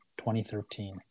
2013